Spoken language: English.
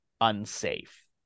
unsafe